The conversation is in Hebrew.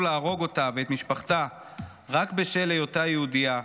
להרוג אותה ואת משפחה רק בשל היותה יהודייה,